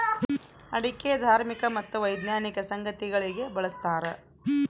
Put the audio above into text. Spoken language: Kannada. ಅಡಿಕೆ ಧಾರ್ಮಿಕ ಮತ್ತು ವೈಜ್ಞಾನಿಕ ಸಂಗತಿಗಳಿಗೆ ಬಳಸ್ತಾರ